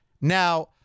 Now